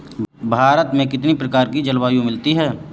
भारत में कितनी प्रकार की जलवायु मिलती है?